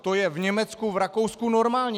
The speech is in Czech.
To je v Německu, v Rakousku normální.